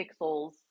pixels